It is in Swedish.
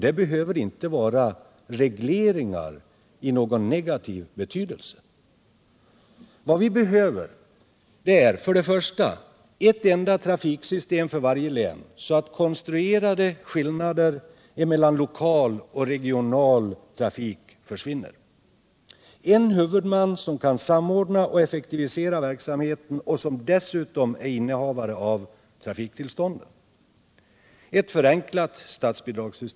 Det behöver inte vara regleringar i någon negativ betydelse. Vad vi behöver är: 1. Ett enda trafiksystem för varje län, så att konstruerade skillnader mellan lokal och regional trafik försvinner. 2. En huvudman som kan samordna och effektivisera verksamheten och som dessutom är innehavare av trafiktillstånden. 4.